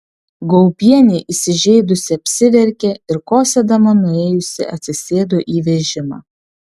gaubienė įsižeidusi apsiverkė ir kosėdama nuėjusi atsisėdo į vežimą